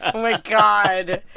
ah my god.